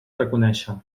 reconèixer